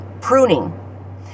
pruning